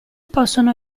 possono